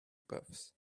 puffs